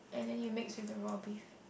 and then you mix with the raw beef